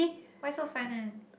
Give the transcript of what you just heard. why so fun one